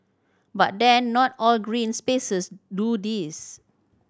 but then not all green spaces do this